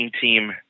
team